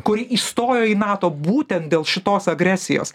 kuri įstojo į nato būtent dėl šitos agresijos